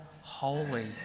holy